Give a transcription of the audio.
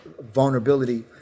vulnerability